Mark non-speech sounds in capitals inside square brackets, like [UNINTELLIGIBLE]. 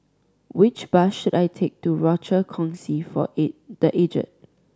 which bus should I take to Rochor Kongsi for [UNINTELLIGIBLE] The Aged